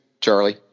charlie